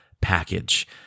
package